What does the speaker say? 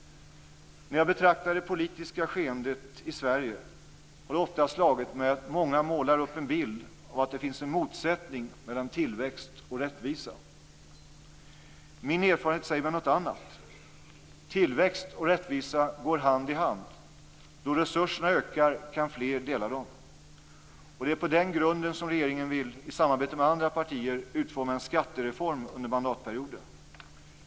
När jag betraktat det politiska skeendet i Sverige har det ofta slagit mig att många målar upp en bild av att det finns en motsättning mellan tillväxt och rättvisa. Min erfarenhet säger mig något annat. Tillväxt och rättvisa går hand i hand. Då resurserna ökar kan fler dela dem. Det är på den grunden som regeringen vill, i samarbete med andra partier, utforma en skattereform under mandatperioden.